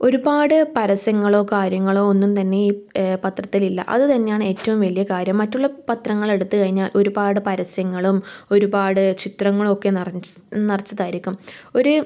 ഒരുപാട് പരസ്യങ്ങളോ കാര്യങ്ങളോ ഒന്നും തന്നെ ഈ പത്രത്തിൽ ഇല്ല അത് തന്നെയാണ് ഏറ്റവും വലിയ കാര്യം മറ്റുള്ള പത്രങ്ങൾ എടുത്ത് കഴിഞ്ഞാൽ ഒരുപാട് പരസ്യങ്ങളും ഒരുപാട് ചിത്രങ്ങളും ഒക്കെ നിറച്ച് നിറച്ചതായിരിക്കും ഒരു